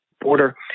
border